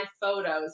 photos